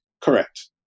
Correct